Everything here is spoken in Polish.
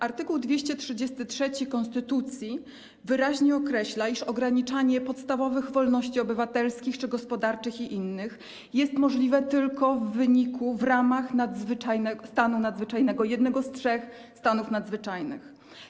Art. 233 konstytucji wyraźnie określa, iż ograniczanie podstawowych wolności obywatelskich czy gospodarczych i innych jest możliwe tylko w wyniku, w ramach wprowadzenia stanu nadzwyczajnego - jednego z trzech stanów nadzwyczajnych.